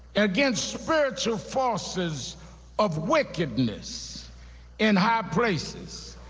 against spiritual forces of wickedness in high places.